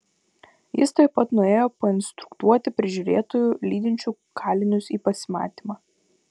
jis tuoj pat nuėjo painstruktuoti prižiūrėtojų lydinčių kalinius į pasimatymą